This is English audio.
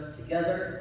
together